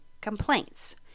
complaints